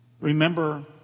Remember